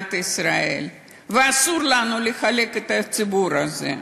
מדינת ישראל, ואסור לנו לחלק את הציבור הזה.